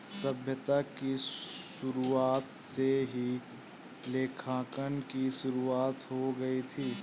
सभ्यता की शुरुआत से ही लेखांकन की शुरुआत हो गई थी